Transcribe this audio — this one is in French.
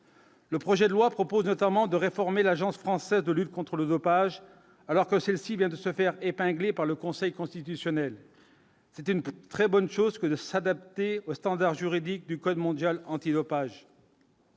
Le projet de loi propose notamment de réformer l'Agence française de lutte contre le dopage, alors que celle-ci vient de se faire épingler par le Conseil constitutionnel, c'est une très bonne chose que de s'adapter aux standards juridiques du code mondial antidopage.